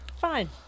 Fine